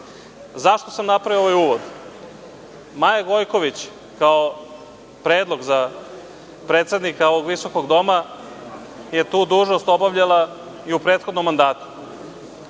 sam napravio ovaj uvod? Maja Gojković kao predlog za predsednika ovog visokog doma je tu dužnost obavljala i u prethodnom mandatu.